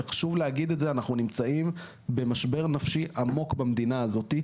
וחשוב להגיד את זה: אנחנו נמצאים במשבר נפשי עמוק במדינה הזאת.